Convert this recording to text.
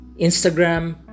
instagram